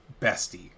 Bestie